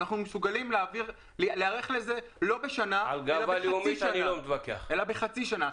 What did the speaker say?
אנחנו מסוגלים להיערך לזה לא בשנה אלא בחצי שנה.